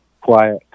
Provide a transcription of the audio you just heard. quiet